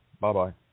Bye-bye